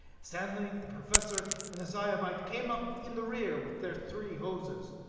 stanley, the professor and a zyobite came up in the rear with their three hoses.